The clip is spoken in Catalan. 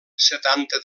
setanta